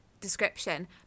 description